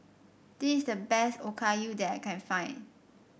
this is the best Okayu that I can find